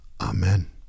Amen